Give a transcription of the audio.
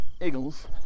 Eagles